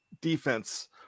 defense